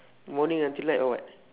morning until night or what